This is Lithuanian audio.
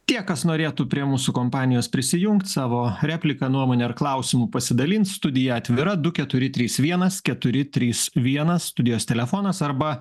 tie kas norėtų prie mūsų kompanijos prisijungt savo repliką nuomonę ar klausimu pasidalint studija atvira du keturi trys vienas keturi trys vienas studijos telefonas arba